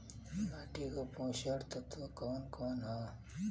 माटी क पोषक तत्व कवन कवन ह?